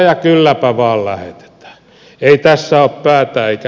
ei tässä ole päätä eikä häntää